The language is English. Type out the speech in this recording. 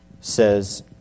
says